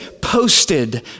posted